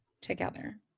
together